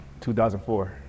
2004